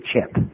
chip